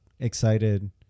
excited